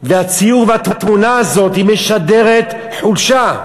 והתמונה הזאת משדרת חולשה.